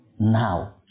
now